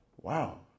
wow